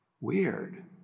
weird